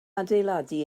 adeiladu